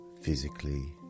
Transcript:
Physically